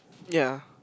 ya